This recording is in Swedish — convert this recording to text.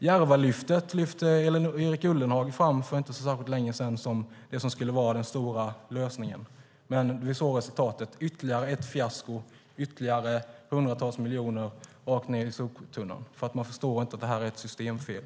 Järvalyftet tog Erik Ullenhag fram för inte så länge sedan som det som skulle vara den stora lösningen, men vi såg resultatet: ytterligare ett fiasko, ytterligare hundratals miljoner rakt ned i soptunnan. Man förstår inte att detta är ett systemfel.